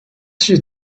she